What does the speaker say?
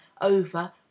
over